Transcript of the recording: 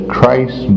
Christ